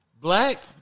Black